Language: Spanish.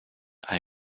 hay